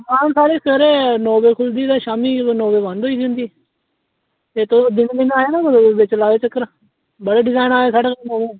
दकान साढ़ी सवेरे नौ बजे खुलदी ते शामीं नौ बजे बंद होंई ऐ दी होंदी ते तुस दिनें दिनें आएओ ना बिच्च लाएओ चक्कर बड़े डिजैन आए दे साढ़े कोल